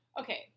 Okay